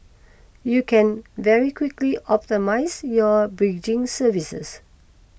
you can very quickly optimise your bridging services